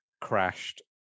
crashed